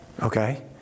Okay